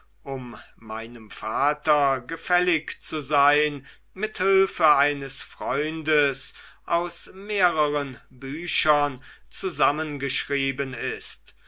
um meinem vater gefällig zu sein mit hülfe eines freundes aus mehreren büchern zusammengeschrieben ist